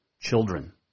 Children